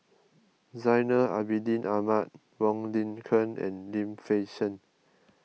Zainal Abidin Ahmad Wong Lin Ken and Lim Fei Shen